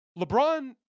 LeBron